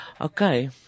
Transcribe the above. Okay